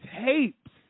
tapes